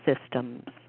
systems